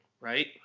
right